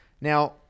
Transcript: Now